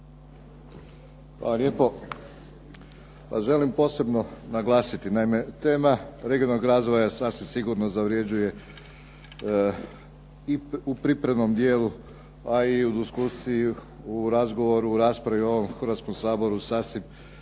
lijepo. Pa želim posebno naglasiti, naime tema regionalnog razvoja sasvim sigurno zavrjeđuje i u pripravnom dijelu, a i u diskusiju, u razgovoru, u raspravi u ovom Hrvatskom saboru sasvim